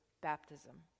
baptism